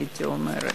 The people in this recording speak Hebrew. הייתי אומרת,